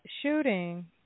shooting